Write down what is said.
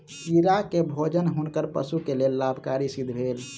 कीड़ा के भोजन हुनकर पशु के लेल लाभकारी सिद्ध भेल